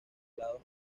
lados